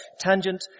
tangent